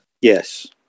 Yes